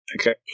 Okay